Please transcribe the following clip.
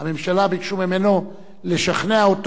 הממשלה ביקשו לשכנע אותו